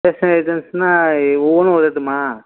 dictionary ஒவ்வொன்றும் ஒரு இதும்மா